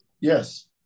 yes